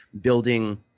building